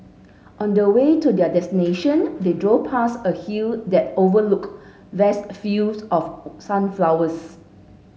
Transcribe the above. on the way to their destination they drove past a hill that overlooked vast fields of sunflowers